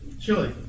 Chili